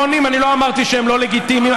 שהם לא לגיטימיים.